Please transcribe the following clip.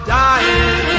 dying